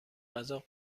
غذا